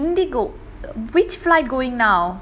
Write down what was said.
Indigo which flight going now